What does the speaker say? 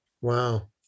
Wow